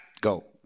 Go